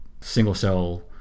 single-cell